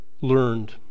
learned